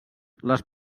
les